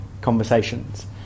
conversations